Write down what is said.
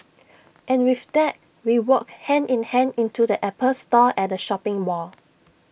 and with that we walked hand in hand into the Apple store at the shopping mall